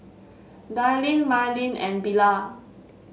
Darlyne Marylyn and Bilal